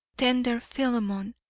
tender philemon,